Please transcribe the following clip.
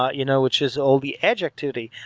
ah you know which is all the edge activity.